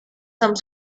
some